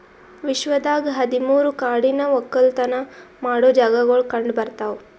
ವಿಶ್ವದಾಗ್ ಹದಿ ಮೂರು ಕಾಡಿನ ಒಕ್ಕಲತನ ಮಾಡೋ ಜಾಗಾಗೊಳ್ ಕಂಡ ಬರ್ತಾವ್